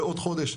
בעוד חודש.